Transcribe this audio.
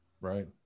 right